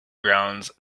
grounds